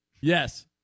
Yes